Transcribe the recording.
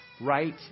right